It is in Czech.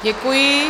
Děkuji.